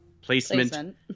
Placement